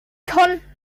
konnten